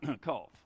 cough